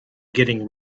getting